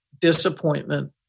disappointment